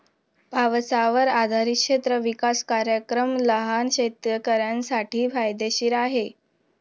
पावसावर आधारित क्षेत्र विकास कार्यक्रम लहान शेतकऱ्यांसाठी फायदेशीर आहे